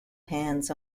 hands